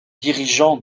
dirigeants